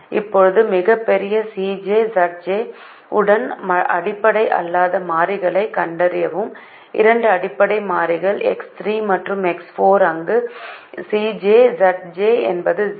இப்போது மிகப்பெரிய Cj Zj உடன் அடிப்படை அல்லாத மாறியைக் கண்டறியவும் இரண்டு அடிப்படை மாறிகள் X3 மற்றும் X4 அங்கு Cj Zj என்பது 0